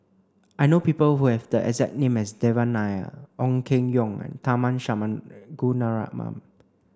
I know people who have the exact name as Devan Nair Ong Keng Yong and Tharman Shanmugaratnam